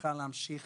הרווחה להמשיך